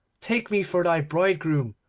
take me for thy bridegroom,